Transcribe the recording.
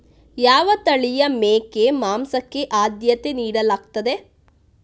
ಯಾವ ತಳಿಯ ಮೇಕೆ ಮಾಂಸಕ್ಕೆ ಆದ್ಯತೆ ನೀಡಲಾಗ್ತದೆ?